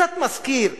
קצת מזכיר.